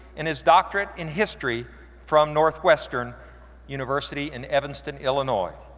and his doctorate in history from northwestern university in evanston, illinois.